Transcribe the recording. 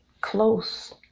close